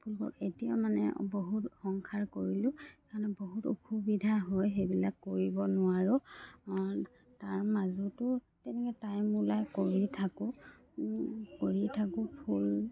এতিয়া মানে বহুত সংসাৰ কৰিলোঁ সেইকাৰণে বহুত অসুবিধা হয় সেইবিলাক কৰিব নোৱাৰোঁ তাৰ মাজতো তেনেকৈ টাইম ওলাই কৰি থাকোঁ কৰি থাকোঁ ফুল